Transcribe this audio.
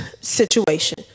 situation